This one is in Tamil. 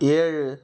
ஏழு